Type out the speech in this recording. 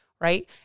right